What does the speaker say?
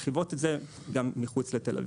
אז הן מרחיבות את זה גם מחוץ לתל אביב.